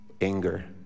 anger